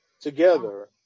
together